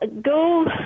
go